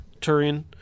Turian